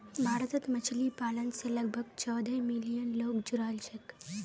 भारतत मछली पालन स लगभग चौदह मिलियन लोग जुड़ाल छेक